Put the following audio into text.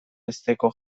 besteko